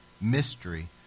mystery